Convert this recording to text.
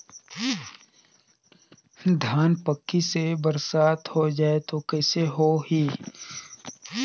धान पक्की से बरसात हो जाय तो कइसे हो ही?